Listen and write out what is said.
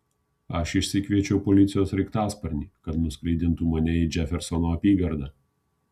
aš išsikviečiau policijos sraigtasparnį kad nuskraidintų mane į džefersono apygardą